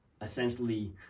essentially